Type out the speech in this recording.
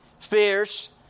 fierce